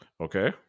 Okay